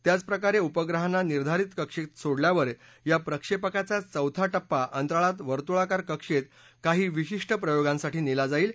त्याचप्रकार ज्रिमग्रहांना निधारित कक्षत सोडल्यावर या प्रक्षेपकाचा चौथा टप्पा अंतराळात वर्तुळाकार कक्षप्त काही विशिष्ट प्रयोगांसाठी नक्ती जाईल